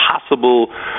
possible